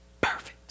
perfect